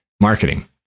marketing